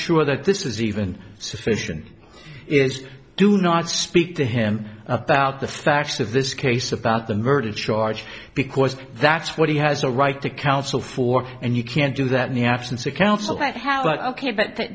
sure that this is even sufficient is do not speak to him about the facts of this case about the murder charge because that's what he has a right to counsel for and you can't do that in the absence of counsel that has but ok but